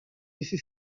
bizi